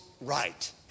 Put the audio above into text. right